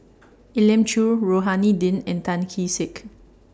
Elim Chew Rohani Din and Tan Kee Sek